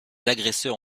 agresseurs